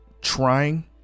trying